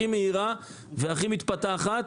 הכי מהירה והכי מתפתחת.